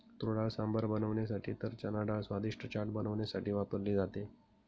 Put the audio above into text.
तुरडाळ सांबर बनवण्यासाठी तर चनाडाळ स्वादिष्ट चाट बनवण्यासाठी वापरली जाते